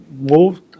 moved